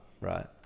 right